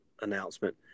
announcement